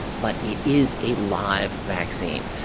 but it is a live vaccine.